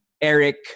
Eric